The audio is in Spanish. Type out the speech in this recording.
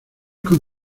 con